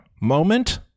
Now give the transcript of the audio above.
moment